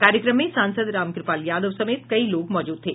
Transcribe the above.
कार्यक्रम में सांसद रामक्रपाल यादव समेत कई लोग मौजूद थे